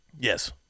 Yes